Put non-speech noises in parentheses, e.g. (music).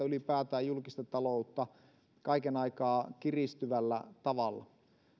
(unintelligible) ylipäätään julkista taloutta kaiken aikaa kiristyvällä tavalla